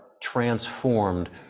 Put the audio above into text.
transformed